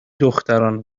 دختران